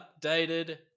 updated